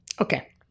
Okay